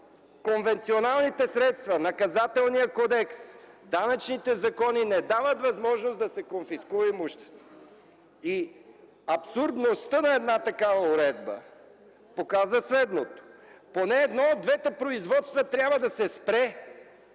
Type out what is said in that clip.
конвенционалните средства – Наказателният кодекс, данъчните закони, не дават възможност да се конфискува имуществото. Абсурдността на една такава уредба показва следното: поне едно от двете производства трябва да се спре,